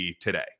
today